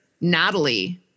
Natalie